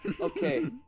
Okay